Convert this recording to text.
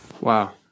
Wow